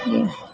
ये